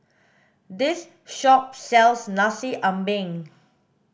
this shop sells nasi ambeng